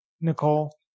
Nicole